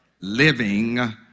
living